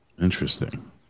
Interesting